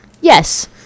Yes